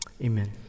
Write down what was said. Amen